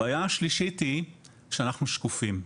הבעיה השלישית שלנו היא שאנחנו שקופים.